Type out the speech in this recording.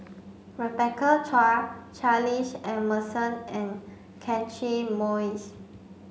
Rebecca Chua Charles Emmerson and Catchick Moses